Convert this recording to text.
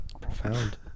profound